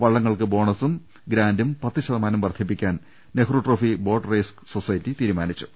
വള്ളങ്ങൾക്ക് ബോണസ്സും ഗ്രാന്റും പത്തുശതമാനം വർദ്ധിപ്പിക്കാൻ Nehru trophy boat race society തീരുമാനിച്ചു